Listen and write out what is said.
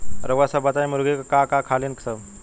रउआ सभ बताई मुर्गी का का खालीन सब?